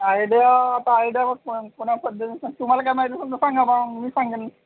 तुम्हाला काय माहीत असेल तर सांगा बा मी सांगेन